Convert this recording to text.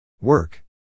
Work